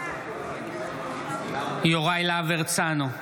בעד יוראי להב הרצנו,